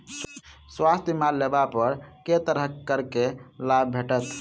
स्वास्थ्य बीमा लेबा पर केँ तरहक करके लाभ भेटत?